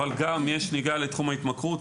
אבל יש זליגה גם לתחום ההתמכרות,